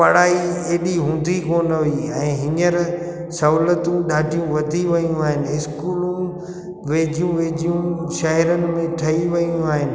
पढ़ाई हेॾी हूंदी कोन हुई ऐं हींअर सहूलियतूं ॾाढियूं वधी वियूं आहिनि इस्कूलूं वेजियूं वेजियूं शहरनि में ठई वेयूं आहिनि